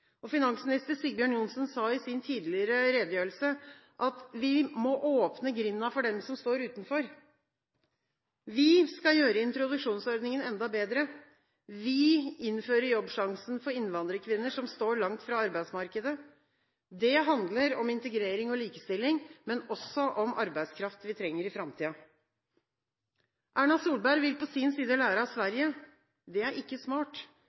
barnefamilier. Finansminister Sigbjørn Johnsen sa i sin tidligere redegjørelse: «Vi må åpne grinden for dem som står utenfor.» Vi skal gjøre introduksjonsordningen enda bedre. Vi innfører Jobbsjansen for innvandrerkvinner som står langt fra arbeidsmarkedet. Det handler om integrering og likestilling, men også om arbeidskraft vi trenger i framtiden. Erna Solberg vil på sin side lære av Sverige. Det er ikke smart,